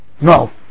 No